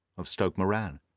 of stoke moran.